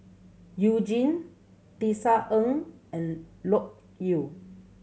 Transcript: You Jin Tisa Ng and Loke Yew